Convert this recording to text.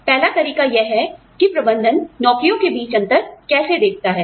पहला तरीका यह है कि प्रबंधन नौकरियों के बीच अंतर कैसे देखताहै